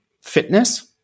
fitness